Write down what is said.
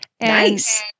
Nice